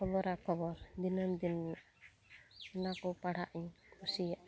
ᱠᱷᱚᱵᱚᱨᱟ ᱠᱷᱚᱵᱚᱨ ᱫᱤᱱᱟᱹᱢᱫᱤᱱ ᱚᱱᱟᱠᱚ ᱯᱟᱲᱦᱟᱜᱼᱤᱧ ᱠᱩᱥᱤᱭᱟᱜᱼᱟ